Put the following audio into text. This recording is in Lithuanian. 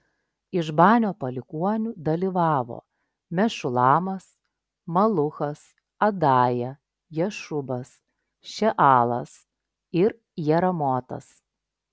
iš banio palikuonių dalyvavo mešulamas maluchas adaja jašubas šealas ir jeramotas